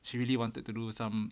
she really wanted to do some